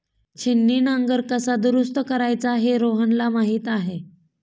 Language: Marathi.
छिन्नी नांगर कसा दुरुस्त करायचा हे रोहनला माहीत आहे